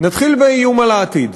נתחיל באיום על העתיד.